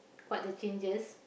what the changes